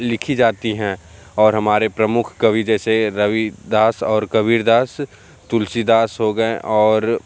लिखी जाती हैं और हमारे प्रमुख कवि जैसे रविदास और कबीरदास तुलसीदास हो गए और